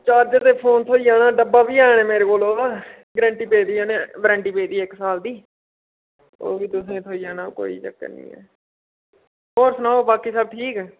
charger ते phone थ्होई जाना डब्बा बी ऐ मेरे कोल ओह्दा गरैंटी पेदी ऐ वारन्टी पेदी ऐ इक साल दी ओह् बी तुसें गी थ्होई जाना कोई चक्कर नी ऐ होर सनाओ बाकी सब ठीक